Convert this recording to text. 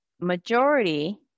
majority